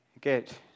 get